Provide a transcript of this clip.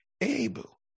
able